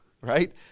right